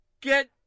Get